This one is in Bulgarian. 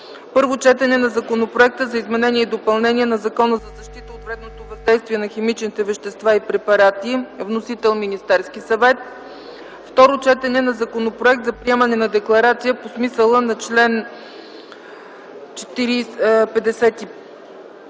Първо четене на Законопроекта за изменение и допълнение на Закона за защита от вредното въздействие на химичните вещества и препарати. Вносител - Министерският съвет. 10. Второ четене на Законопроект за приемане на Декларация по смисъла на чл.